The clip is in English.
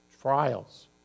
trials